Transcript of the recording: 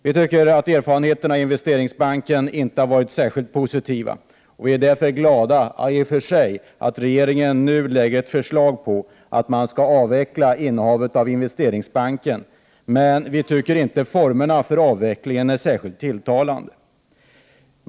Vi tycker att erfarenheterna av Investeringsbanken inte har varit särskilt positiva och är därför glada — i och för sig — för att regeringen nu framlägger ett förslag om att avveckla innehavet av Investeringsbanken, men vi tycker inte att formerna för avvecklingen är särskilt tilltalande.